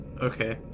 Okay